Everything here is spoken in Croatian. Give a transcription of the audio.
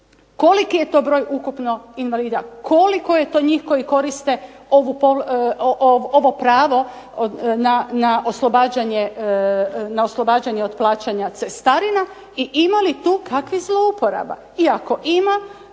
koliki je to broj ukupno invalida, koliko je to njih koji koriste ovo pravo na oslobađanje od plaćanja cestarina i ima li tu kakvih zlouporaba, i ako ima